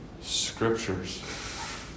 scriptures